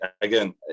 again